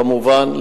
כמובן,